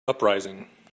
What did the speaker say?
uprising